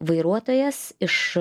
vairuotojas iš